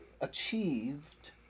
achieved